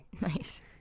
nice